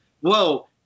Whoa